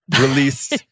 released